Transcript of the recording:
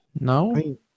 No